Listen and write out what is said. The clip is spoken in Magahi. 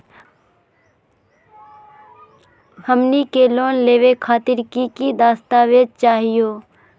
हमनी के लोन लेवे खातीर की की दस्तावेज चाहीयो?